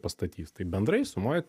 pastatys tai bendrai sumoj